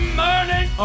morning